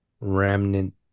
Remnant